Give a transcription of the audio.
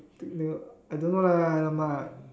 I don't know lah !alamak!